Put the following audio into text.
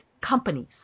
companies